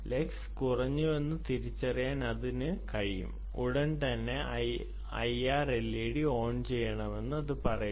lux കുറഞ്ഞുവെന്ന് തിരിച്ചറിയാൻ അതിന് കഴിയും ഉടൻ തന്നെ ഐആർ എൽഇഡി ഓൺ ചെയ്യണമെന്ന് പറയുന്നു